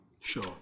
Sure